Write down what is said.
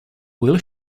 will